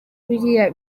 biriya